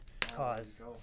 cause